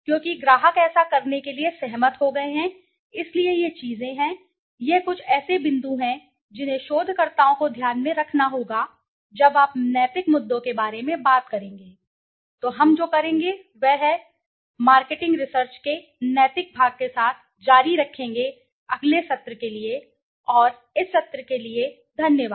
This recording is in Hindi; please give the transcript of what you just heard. क्योंकि ग्राहक ऐसा करने के लिए सहमत हो गए हैं इसलिए ये चीजें हैं यह कुछ ऐसे बिंदु हैं जिन्हें शोधकर्ताओं को ध्यान में रखना होगा जब आप नैतिक मुद्दों के बारे में बात करेंगे तो हम जो करेंगे वह है हम मार्केटिंग रिसर्च के नैतिक भाग के साथ जारी रखेंगे अगले सत्र के लिए और इस सत्र के लिए धन्यवाद